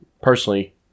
Personally